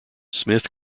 smith